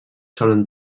solen